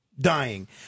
dying